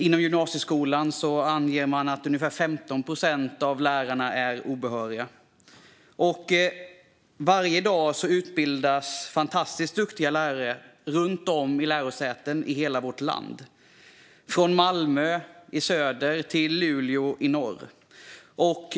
Inom gymnasieskolan anger man att ungefär 15 procent av lärarna är obehöriga. Varje dag utbildas fantastiskt duktiga lärare vid lärosäten runt om i hela vårt land, från Malmö i söder till Luleå i norr.